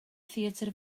theatr